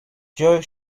joy